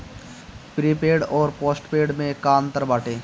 Prepaid अउर postpaid में का अंतर बाटे?